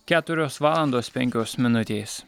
keturios valandos penkios minutės